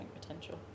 potential